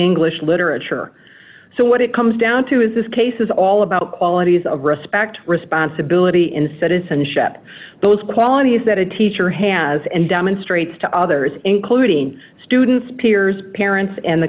english literature so what it comes down to is this case is all about qualities of respect responsibility in citizenship those qualities that a teacher has and demonstrates to others including students peers parents and the